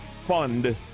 fund